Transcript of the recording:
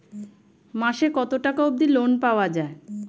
মাসে কত টাকা অবধি লোন পাওয়া য়ায়?